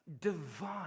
divine